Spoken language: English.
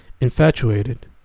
Infatuated